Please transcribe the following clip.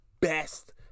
best